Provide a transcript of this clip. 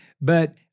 But-